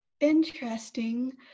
Interesting